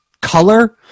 color